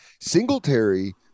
Singletary